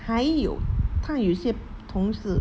还有她有些同事